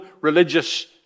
religious